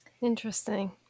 Interesting